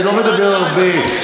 אני לא מדבר הרבה.